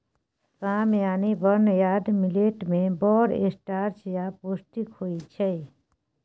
साम यानी barnyard millet मे बड़ स्टार्च आ पौष्टिक होइ छै